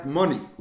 money